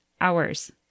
hours